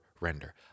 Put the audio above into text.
render